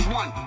one